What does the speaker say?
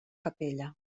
capella